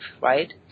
right